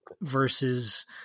versus